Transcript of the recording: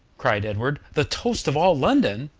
cried edward, the toast of all london!